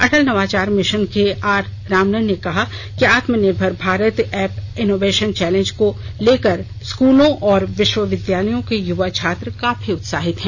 अटल नवाचार मिशन के आर रामनन ने कहा कि Aatmanirbhar Bharat app innovation challenge को लेकर स्कूलों और विश्वविद्यालयों के युवा छात्र काफी उत्साहित हैं